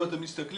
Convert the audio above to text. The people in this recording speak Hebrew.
אם אתם מסתכלים,